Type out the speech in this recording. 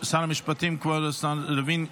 שר המשפטים לוין,